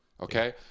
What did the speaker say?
Okay